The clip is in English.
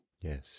Yes